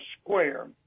Square